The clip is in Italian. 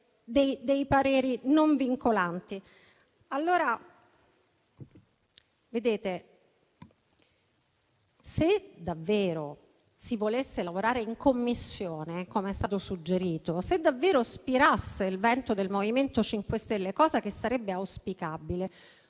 dei pareri non vincolanti. Onorevoli colleghi, se davvero si volesse lavorare in Commissione, come è stato suggerito, se davvero spirasse il vento del MoVimento 5 Stelle, cosa che sarebbe auspicabile,